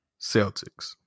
Celtics